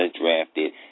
drafted